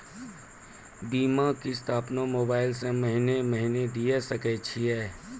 बीमा किस्त अपनो मोबाइल से महीने महीने दिए सकय छियै?